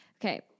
Okay